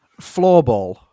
Floorball